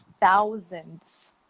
thousands